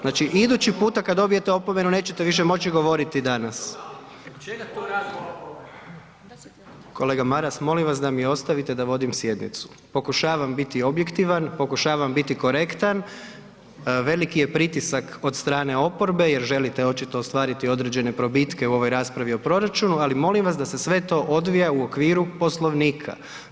Znači idući puta kada dobijete opomenu, nećete više moći govoriti danas. … [[Upadica Maras, ne razumije se.]] Kolega Maras, molim vas da mi ostavite da vodim sjednicu, pokušavam biti objektivan, pokušavam biti korektan, veliki je pritisak od strane oporbe jer želite očito ostvariti određene probitke u ovoj raspravi o proračunu ali molim vas da se sve to odvija u okviru Poslovnika.